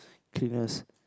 cleaners